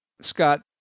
Scott